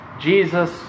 Jesus